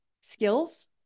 skills